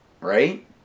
right